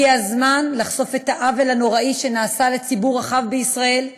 הגיע הזמן לחשוף את העוול הנוראי שנעשה לציבור רחב בישראל.